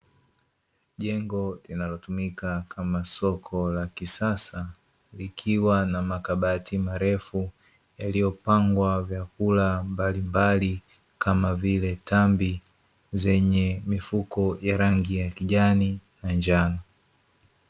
Jengo linalotumika kama soko la kisasa likiwa na makabati marefu, yaliyopangwa vyakula mbalimbali kama vile tambi zenye mifuko ya rangi ya kijani na njano.